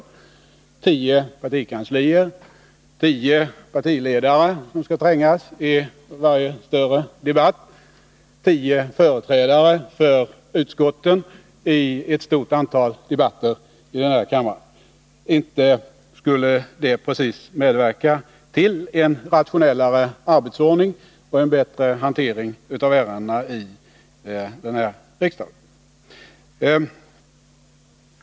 Vi skulle få tio partikanslier, tio partiledare som skall trängas i varje större debatt, tio företrädare för utskotten i ett stort antal debatter i kammaren. Inte skulle det precis medverka till en rationellare arbetsordning och en bättre hantering av ärendena.